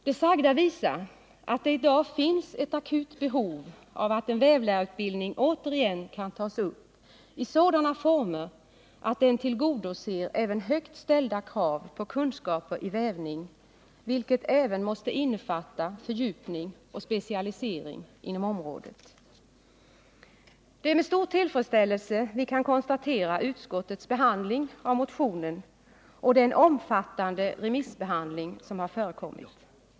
Det sagda visar att det i dag finns ett akut behov av att en vävlärarutbildning återigen kan tas upp i sådana former att den tillgodoser även högt ställda krav på kunskaper i vävning som måste innefatta också fördjupning och specialisering inom området. Det är med stor tillfredsställelse vi kan konstatera hur utskottet behandlat motionen och att en omfattande remissbehandling förekommit.